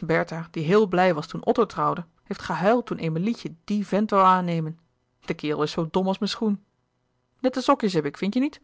bertha die heel blij was toen otto trouwde heeft gehuild toen emilietje dien vent woû aannemen de kerel is zoo dom als mijn schoen nette sokjes heb ik vindt je niet